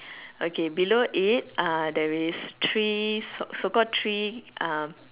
okay below it uh there's three so so called three um